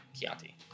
Chianti